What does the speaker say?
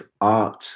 art